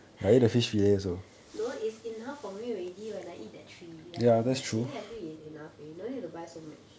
no is enough for me already when I eat that three like I'm like eh actually is enough already no need to buy so much